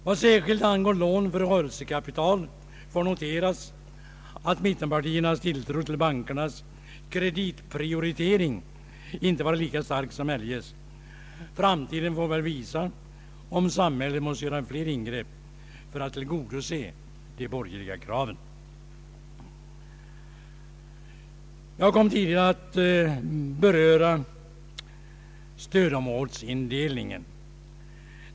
Vad särskilt angår lån för rörelsekapital får noteras att mittenpartiernas tilltro till bankernas kreditprioritering inte varit lika stark som eljest. Framtiden får väl visa om samhället måste göra fler ingrepp för att tillgodose de borgerliga kraven. Jag berörde tidigare stödområdesindelningen.